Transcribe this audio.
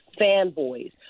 fanboys